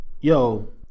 Yo